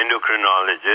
endocrinologist